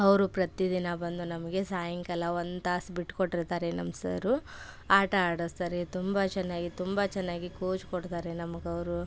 ಅವರು ಪ್ರತಿ ದಿನ ಬಂದು ನಮಗೆ ಸಾಯಂಕಾಲ ಒಂದು ತಾಸು ಬಿಟ್ಟುಕೊಟ್ಟಿರ್ತಾರೆ ನಮ್ಮ ಸರು ಆಟ ಆಡಿಸ್ತಾರೆ ತುಂಬ ಚೆನ್ನಾಗಿ ತುಂಬ ಚೆನ್ನಾಗಿ ಕೋಚ್ ಕೊಡ್ತಾರೆ ನಮಗವ್ರು